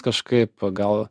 kažkaip gal